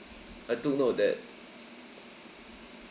I took note that